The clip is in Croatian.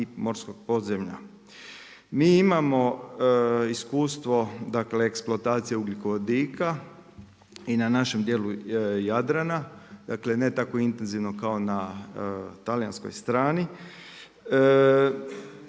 i morskog podzemlja. Mi imamo iskustvo, dakle, eksplantacije ugljikovodika i na našem dijelu Jadrana. Dakle, ne tako intenzivno kao na talijanskoj strani.